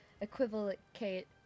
equivocate